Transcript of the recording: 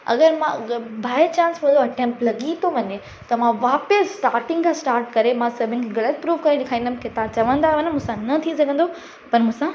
अगरि मां by chance for attempt लॻी थो वञे त मां वापसि स्टाटिंग खां स्टाट करे मां सभिनि खे ग़लति प्रूफ करे ॾिखारींदमि की तव्हां चंवदा हुया न की मूंसां न थी सघंदो पर मूंसां